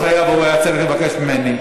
הוא לא חייב, הוא היה צריך לבקש ממני.